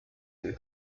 and